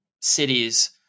cities